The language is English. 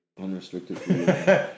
Unrestricted